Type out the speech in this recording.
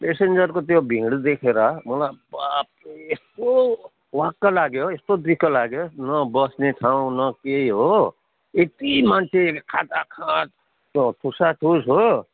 प्यासेन्जरको त्यो भिड देखेर मलाई बाफ्रे यस्तो वाक्क लाग्यो यस्तो दिक्क लाग्यो न बस्ने ठाउँ न केही हो यति मान्छे खाँदाखाँद त्यो ठुसाठुस हो